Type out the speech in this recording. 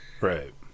Right